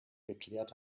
geklärt